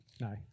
no